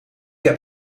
heb